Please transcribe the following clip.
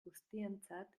guztientzat